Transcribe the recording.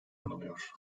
anılıyor